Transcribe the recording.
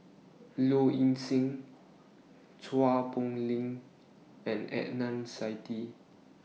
Low Ing Sing Chua Poh Leng and Adnan Saidi